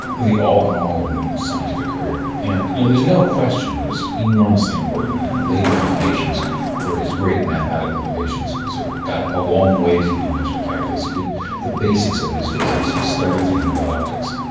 the all and all of newton's scientific career. and you know there's no question that it was enormously important and it laid the foundations for his great mathematical innovations. he sort of got a long way to the invention of the calculus, he did the basics of his physics, he started thinking about optics.